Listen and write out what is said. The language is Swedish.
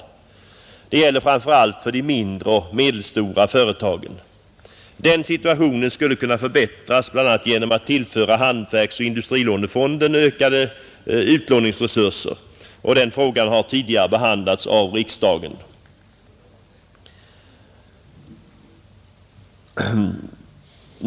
Detta gäller framför allt de mindre och medelstora företagen. Den situationen skulle kunna förbättras, bl.a. genom att man tillförde hantverksoch industrilånefonden ökade utlåningsresurser. Den frågan har tidigare behandlats av riksdagen.